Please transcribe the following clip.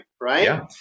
right